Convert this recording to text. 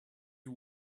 you